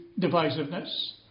divisiveness